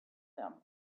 them